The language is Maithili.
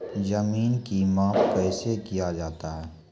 जमीन की माप कैसे किया जाता हैं?